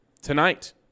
tonight